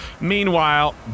Meanwhile